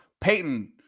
Peyton